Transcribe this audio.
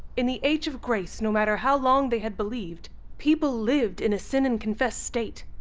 in the age of grace, no matter how long they had believed, people lived in a sin-and-confess state,